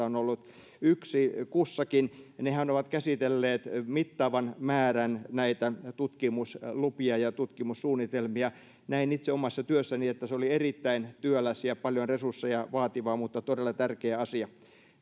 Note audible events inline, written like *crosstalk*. *unintelligible* on ollut yksi kussakin nehän ovat käsitelleet mittavan määrän näitä tutkimuslupia ja tutkimussuunnitelmia näin itse omassa työssäni että se oli erittäin työläs ja paljon resursseja vaativa mutta todella tärkeä asia